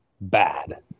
bad